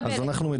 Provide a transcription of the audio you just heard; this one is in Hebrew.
מקבלת,